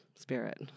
spirit